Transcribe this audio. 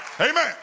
Amen